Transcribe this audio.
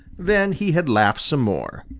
then he had laughed some more,